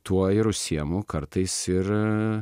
tuo ir užsiimu kartais ir